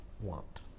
want